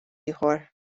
ieħor